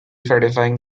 satisfying